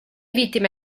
vittime